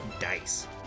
Dice